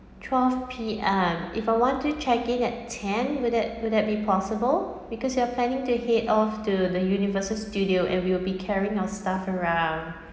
twelve P_M if I want to check in at ten will that will that be possible because we are planning to head off to the universal studio and we'll be carrying our stuff around